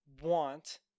want